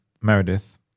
Meredith